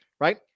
right